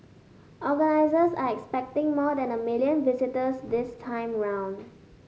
organisers are expecting more than a million visitors this time round